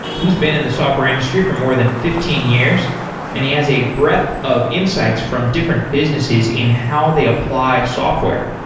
he's been in the software industry for more than fifteen years and has a breadth of insights from different businesses in how they apply software.